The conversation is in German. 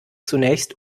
zunächst